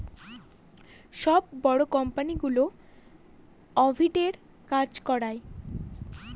সব বড়ো কোম্পানিগুলো অডিটের কাজ করায়